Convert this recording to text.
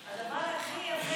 הדבר הכי יפה,